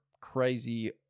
crazy